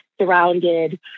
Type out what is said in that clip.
surrounded